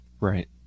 right